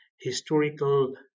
historical